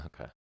Okay